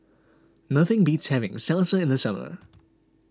nothing beats having Salsa in the summer